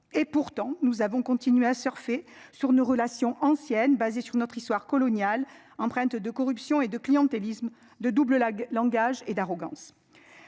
et pourtant nous avons continué à surfer sur nos relations anciennes basée sur notre histoire coloniale emprunte de corruption et de clientélisme, de double langage et d'arrogance.